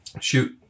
Shoot